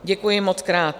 Děkuji mockrát.